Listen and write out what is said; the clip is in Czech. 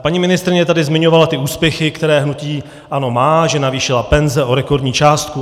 Paní ministryně tady zmiňovala ty úspěchy, které hnutí ANO má, že navýšili penze o rekordní částku.